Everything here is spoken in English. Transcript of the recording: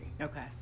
Okay